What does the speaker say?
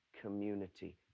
community